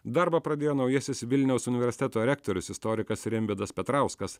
darbą pradėjo naujasis vilniaus universiteto rektorius istorikas rimvydas petrauskas